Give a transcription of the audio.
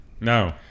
No